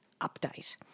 update